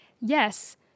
Yes